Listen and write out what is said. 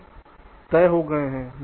वे तय हो गए हैं